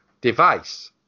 device